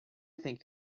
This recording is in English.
think